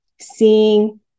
seeing